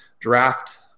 draft